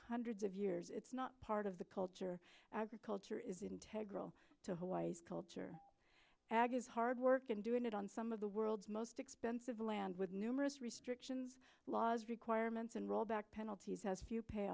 hundreds of years it's not part of the culture agriculture is integra to hawaii's culture ag is hard work and doing it on some of the world's most expensive land with numerous restrictions laws requirements and rollback penalties has few